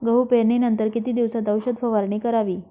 गहू पेरणीनंतर किती दिवसात औषध फवारणी करावी?